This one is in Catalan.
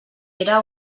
era